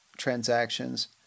transactions